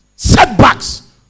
setbacks